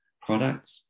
products